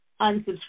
unsubscribe